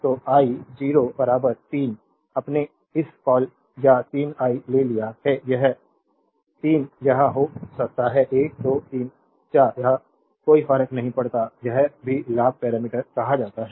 तो आई 0 बराबर 3 अपने क्या कॉल यह 3 आई ले लिया है 3 यह हो सकता है 1 2 3 4 यह कोई फर्क नहीं पड़ता यह भी लाभ पैरामीटर कहा जाता है